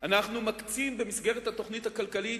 אנחנו מקצים, במסגרת התוכנית הכלכלית,